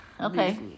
Okay